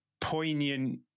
poignant